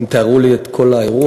הם תיארו לי את כל האירוע.